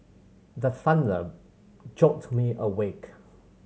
the thunder jolt me awake